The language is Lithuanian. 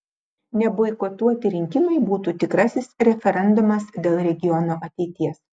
neboikotuoti rinkimai būtų tikrasis referendumas dėl regiono ateities